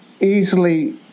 easily